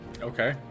Okay